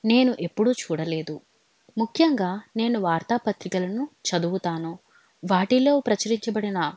నేను ఎప్పుడూ చూడలేదు ముఖ్యంగా నేను వార్తాపత్రికలను చదువుతాను వాటిలో ప్రచురించబడిన